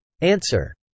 Answer